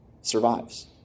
survives